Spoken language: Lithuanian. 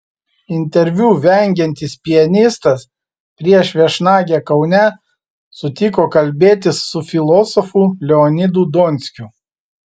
interviu vengiantis pianistas prieš viešnagę kaune sutiko kalbėtis su filosofu leonidu donskiu